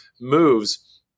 moves